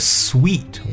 sweet